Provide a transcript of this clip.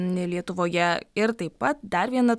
ne lietuvoje ir taip pat dar viena